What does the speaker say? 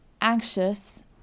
anxious